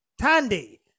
Tandy